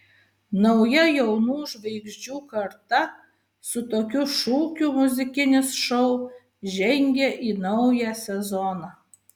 nauja jaunų žvaigždžių karta su tokiu šūkiu muzikinis šou žengia į naują sezoną